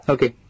Okay